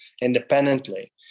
independently